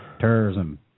Terrorism